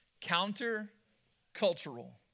counter-cultural